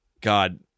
god